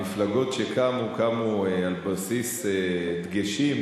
המפלגות שקמו קמו על בסיס דגשים,